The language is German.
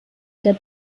der